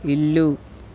ఇల్లు